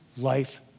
life